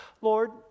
Lord